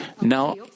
Now